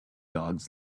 dogs